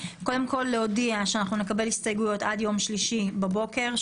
להודיע שלעניין הפרקים האלה נקבל הסתייגויות עד יום שלישי בבוקר,